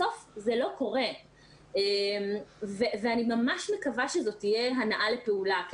בסוף זה לא קורה ואני ממש מקווה שזאת תהיה הנעה לפעולה כי